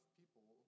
people